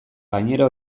gainera